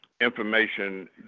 information